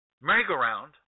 merry-go-round